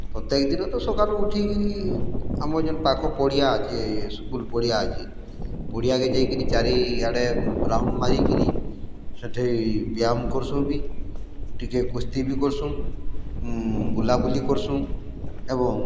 ପ୍ରତ୍ୟକ ଦିନ ତ ସକାଳୁ ଉଠି କରି ଆମର୍ ଯେନ୍ ପାଖ ପଡ଼ିଆ ଅଛେ ସ୍କୁଲ୍ ପଡ଼ିଆ ଅଛେ ପଡ଼ିଆକେ ଯାଇକିରି ଚାରି ଆଡେ ରାଉଣ୍ଡ୍ ମାରିକିରି ସେଠି ବ୍ୟାୟାମ୍ କର୍ସୁଁବି ଟିକେ କୁସ୍ତି ବି କର୍ସୁଁ ବୁଲା ବୁଲି କର୍ସୁଁ ଏବଂ